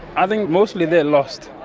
i think mostly they're lost.